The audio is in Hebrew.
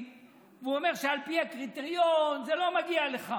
ואומר שעל פי הקריטריון זה לא מגיע לך,